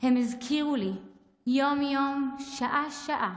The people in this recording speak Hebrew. הם הזכירו לי יום-יום, שעה-שעה,